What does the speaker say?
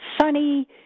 sunny